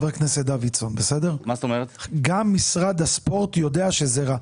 גם משרד הספורט יודע שזה רע.